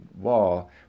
wall